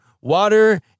Water